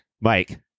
Mike